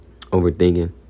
overthinking